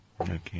Okay